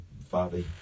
father